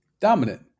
Dominant